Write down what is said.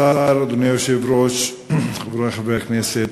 אדוני השר, אדוני היושב-ראש, חברי חברי הכנסת,